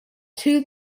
two